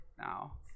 now